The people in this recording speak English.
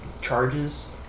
charges